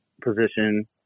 position